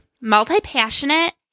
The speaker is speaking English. multi-passionate